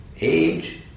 age